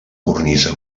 cornisa